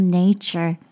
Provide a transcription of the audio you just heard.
nature